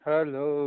Hello